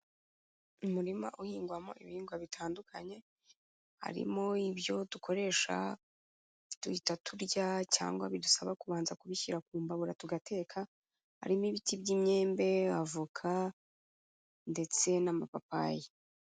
Umurima uhingwamo ibihingwa bitandukanye, harimo ibyo dukoresha, duhita turya cyangwa bidusaba kubanza kubishyira ku mbabura tugateka, harimo ibiti by'imyembe avoka ndetse n'amapapayi.